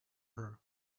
her